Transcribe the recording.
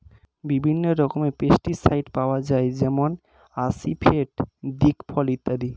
বিভিন্ন রকমের পেস্টিসাইড পাওয়া যায় যেমন আসিফেট, দিকফল ইত্যাদি